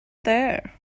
there